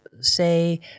Say